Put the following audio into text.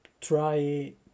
try